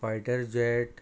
fighter jet